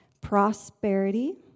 prosperity